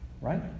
Right